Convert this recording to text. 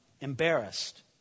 embarrassed